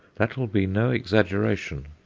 that will be no exaggeration.